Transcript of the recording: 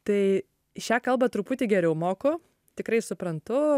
tai šią kalbą truputį geriau moku tikrai suprantu